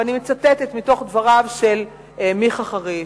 ואני מצטטת מתוך דבריו של מיכה חריש,